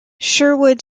sherwood